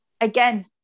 again